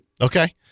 Okay